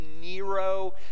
Nero